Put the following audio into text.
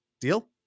Deal